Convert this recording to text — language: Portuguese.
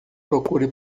procure